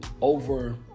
over